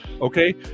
Okay